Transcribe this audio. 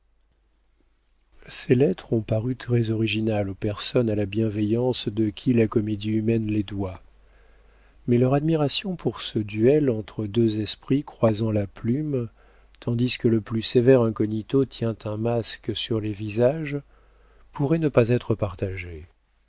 ces lettres ont paru très originales aux personnes à la bienveillance de qui la comédie humaine les doit mais leur admiration pour ce duel entre deux esprits croisant la plume tandis que le plus sévère incognito tient un masque sur les visages pourrait ne pas être partagée